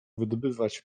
wydobywać